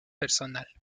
personal